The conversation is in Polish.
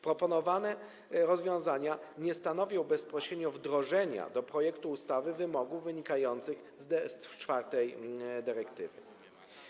Proponowane rozwiązania nie stanowią bezpośrednio wdrożenia do projektu ustawy wymogów wynikających z czwartej dyrektywy.